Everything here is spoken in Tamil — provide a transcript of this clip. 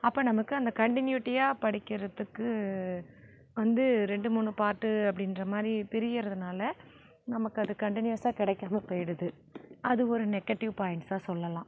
அப்போ நமக்கு அந்த கன்டின்யூட்டியாக படிக்கிறதுக்கு வந்து ரெண்டு மூணு பார்ட்டு அப்டின்ற மாரி பிரியறதுனால நமக்கு அது கன்டின்யூஸாக கிடைக்காமப் போயிடுது அது ஒரு நெகட்டிவ் பாய்ண்ட்ஸாக சொல்லலாம்